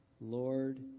Lord